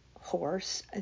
horse